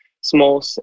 small